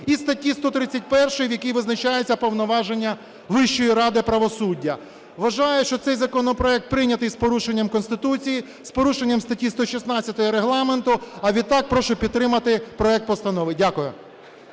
і статті 131, в якій визначаються повноваження Вищої ради правосуддя. Вважаю, що цей законопроект прийнятий з порушенням Конституції, з порушенням статті 116 Регламенту, а відтак прошу підтримати проект постанови. Дякую.